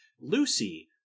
Lucy